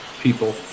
people